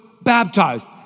baptized